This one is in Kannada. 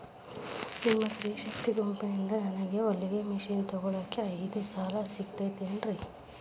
ನಿಮ್ಮ ಸ್ತ್ರೇ ಶಕ್ತಿ ಗುಂಪಿನಿಂದ ನನಗ ಹೊಲಗಿ ಮಷೇನ್ ತೊಗೋಳಾಕ್ ಐದು ಸಾಲ ಸಿಗತೈತೇನ್ರಿ?